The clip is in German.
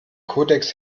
kodex